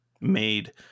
made